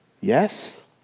Yes